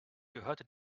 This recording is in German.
gehörte